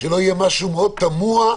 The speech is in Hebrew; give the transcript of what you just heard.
שלא יהיה משהו מאוד תמוה,